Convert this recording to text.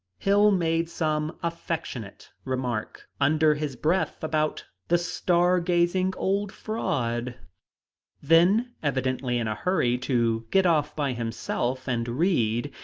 hill made some affectionate remark, under his breath about the star-gazing old fraud then, evidently in a hurry to get off by himself and read,